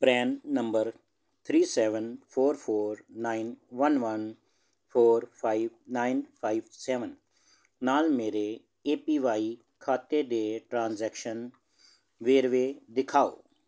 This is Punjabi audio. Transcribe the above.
PRAN number three seven four four nine one one four five nine five seven ਨਾਲ ਮੇਰੇ ਏ ਪੀ ਵਾਈ ਖਾਤੇ ਦੇ ਟ੍ਰਾਂਸੈਕਸ਼ਨ ਵੇਰਵੇ ਦਿਖਾਓ